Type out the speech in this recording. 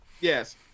Yes